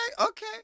okay